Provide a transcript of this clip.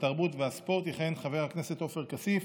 התרבות והספורט יכהן חבר הכנסת עופר כסיף.